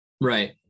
Right